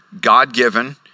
God-given